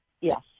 yes